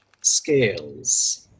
scales